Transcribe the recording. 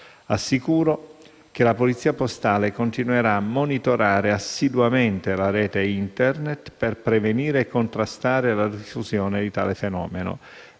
Assicuro che la Polizia postale continuerà a monitorare assiduamente la rete Internet per prevenire e contrastare la diffusione di tale fenomeno,